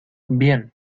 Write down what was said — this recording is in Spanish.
bien